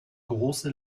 große